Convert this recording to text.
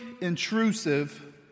intrusive